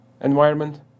environment